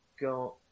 got